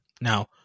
Now